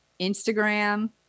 Instagram